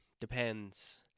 Depends